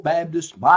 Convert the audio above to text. Baptist